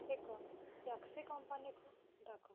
ଏକ ଟ୍ୟାକ୍ସି କମ୍ପାନୀକୁ ଡାକ